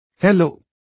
Hello